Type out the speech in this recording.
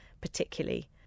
particularly